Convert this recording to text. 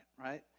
right